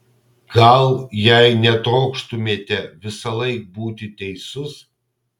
gal jei netrokštumėte visąlaik būti teisus